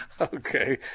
Okay